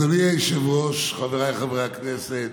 אדוני היושב-ראש, חבריי חברי הכנסת,